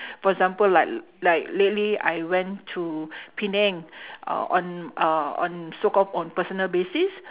for example like like lately I went to penang on uh on so called on personal basis